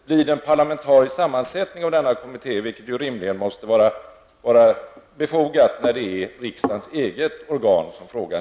Blir det en parlamentarisk sammansättning av denna kommitté, vilket rimligen måste vara befogat när det gäller att riksdagens eget organ?